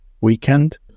weekend